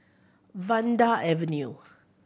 Vanda Avenue